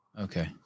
Okay